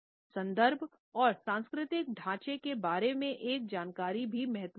संदर्भ और सांस्कृतिक ढांचे के बारे में एक जानकारी भी महत्वपूर्ण है